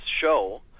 show